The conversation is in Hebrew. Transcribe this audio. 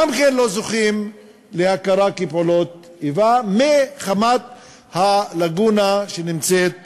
גם כן לא זוכים להכרה כפעולות איבה מחמת הלקונה שנמצאת בחוק.